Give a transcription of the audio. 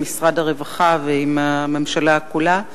עם משרד הרווחה ועם הממשלה כולה.